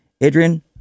Adrian